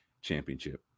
championship